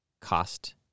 cost